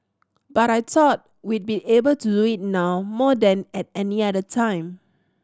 but I thought we be able to do it now more than at any other time